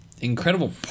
incredible